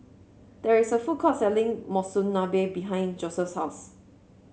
there is a food court selling Monsunabe behind Joeseph's house